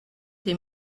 des